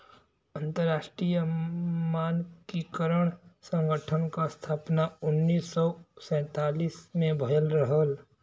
अंतरराष्ट्रीय मानकीकरण संगठन क स्थापना उन्नीस सौ सैंतालीस में भयल रहल